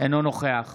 אינו נוכח